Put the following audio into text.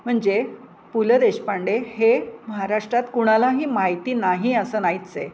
म्हणजे पु ल देशपांडे हे महाराष्ट्रात कुणालाही माहिती नाही असं नाहीच आहे